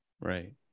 Right